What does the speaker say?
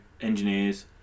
engineers